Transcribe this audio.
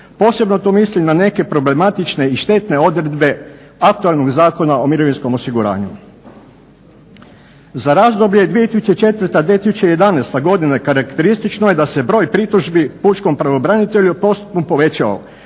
Posebno tu mislim na neke problematične i štetne odredbe aktualnog Zakona o mirovinskom osiguranju. Za razdoblje 2004. – 2011. godina karakteristično je da se broj pritužbi pučkom pravobranitelju postupno povećao